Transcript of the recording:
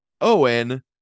Owen